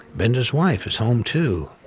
binda's wife is home too.